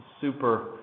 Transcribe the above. super